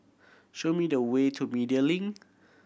show me the way to Media Link